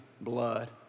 blood